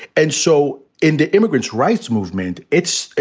and so in the immigrants rights movement, it's,